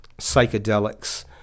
psychedelics